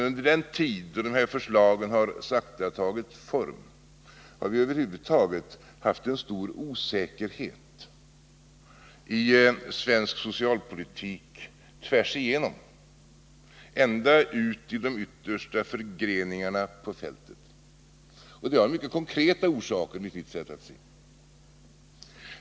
Under den tid då dessa förslag sakta tagit form har det över huvud taget rått stor osäkerhet i svensk socialpolitik — ända ut i de yttersta förgreningarna på fältet. Det har, enligt mitt sätt att se, mycket konkreta orsaker.